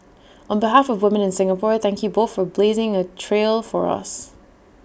on behalf of women in Singapore thank you both for blazing A trail for us